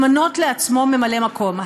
למנות לעצמו ממלא מקום.